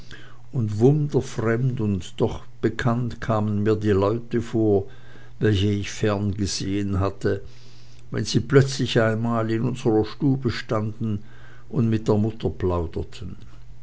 und wunderfremd und doch bekannt kamen mir die leute vor welche ich fern gesehen hatte wenn sie plötzlich einmal in unsrer stube standen und mit der mutter plauderten